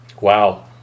Wow